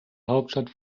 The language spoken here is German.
hauptstadt